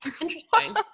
Interesting